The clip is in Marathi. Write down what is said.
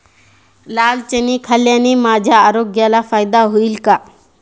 लाल चणे खाल्ल्याने माझ्या आरोग्याला फायदा होईल का?